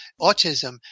autism